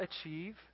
achieve